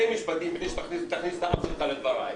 משפטים לפני שתכניס את האף שלך לדבריי.